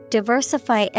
Diversify